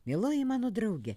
mieloji mano drauge